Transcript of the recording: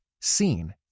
seen